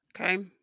Okay